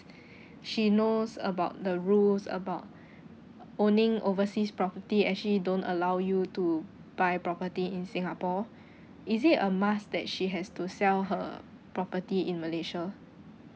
she knows about the rules about owning overseas property actually don't allow you to buy property in singapore is it a must that she has to sell her property in malaysia